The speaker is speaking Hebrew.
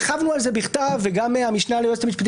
הרחבנו על זה בכתב וגם המשנה ליועצת המשפטית